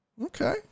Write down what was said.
Okay